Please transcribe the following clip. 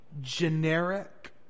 generic